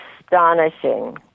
astonishing